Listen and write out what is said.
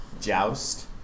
Joust